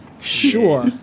Sure